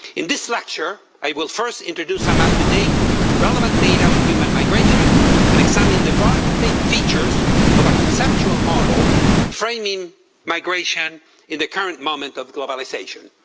in this lecture, i will first introduce some up to date relevant data on human migration and examine the broad features of a conceptual model framing migration in the current moment of globalization,